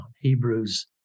Hebrews